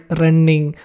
running